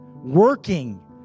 working